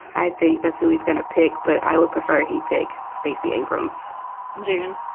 i think that's who he's going to pick. but i would prefer he pick stacey abrams june,